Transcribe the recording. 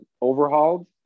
overhauled